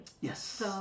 Yes